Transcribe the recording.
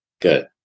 Good